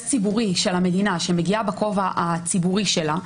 ציבורי של המדינה שמגיעה בכובע הציבורי שלה,